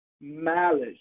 malice